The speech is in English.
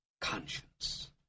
conscience